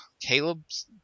Caleb's